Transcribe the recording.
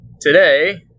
today